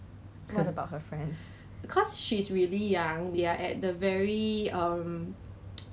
eh wait 是拿 I_C 然后我姐姐的人不在 but then 那个 phone